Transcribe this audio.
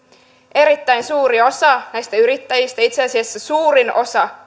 erittäin suuri osa näistä yrittäjistä itse asiassa suurin osa